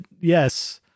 yes